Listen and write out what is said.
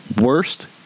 Worst